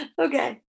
Okay